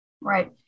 Right